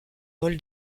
vol